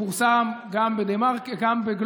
פורסם גם בגלובס,